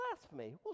blasphemy